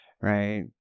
right